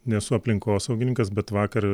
nesu aplinkosaugininkas bet vakar